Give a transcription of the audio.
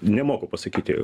nemoku pasakyti